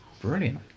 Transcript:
Brilliant